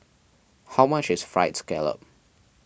how much is Fried Scallop